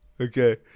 Okay